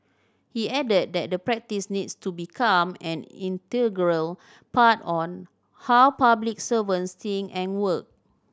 he added that the practice needs to become an integral part on how public servants think and work